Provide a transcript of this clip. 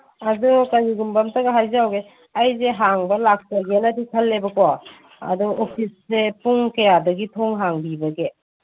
ꯑꯗꯣ ꯀꯔꯤꯒꯨꯝꯕ ꯑꯃꯠꯇꯒ ꯍꯥꯏꯖꯍꯧꯒꯦ ꯑꯩꯁꯦ ꯍꯥꯡꯕ ꯂꯥꯛꯆꯒꯦꯅꯗꯤ ꯈꯜꯂꯦꯕꯀꯣ ꯑꯗꯨ ꯑꯣꯐꯤꯁꯁꯦ ꯄꯨꯡ ꯀꯌꯥꯗꯒꯤ ꯊꯣꯡ ꯍꯥꯡꯕꯤꯕꯒꯦ